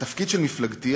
התפקיד של מפלגתי,